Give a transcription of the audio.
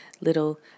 little